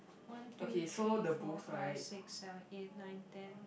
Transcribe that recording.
one two three four five six seven eight nine ten